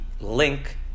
link